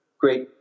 great